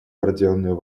проделанную